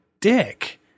dick